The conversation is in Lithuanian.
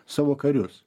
savo karius